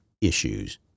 issues